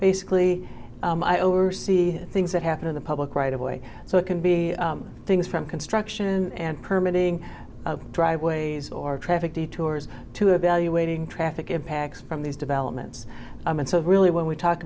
basically i oversee things that happen in the public right of way so it can be things from construction and permit ing driveways or traffic detours to evaluating traffic impacts from these developments and so really when we talk